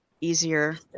easier